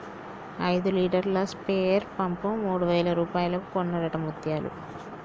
ఐదు లీటర్ల sprayer pump మూడు వేల రూపాయలకు కొన్నడట ముత్యాలు